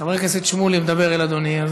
חבר כנסת שמולי מדבר אל אדוני,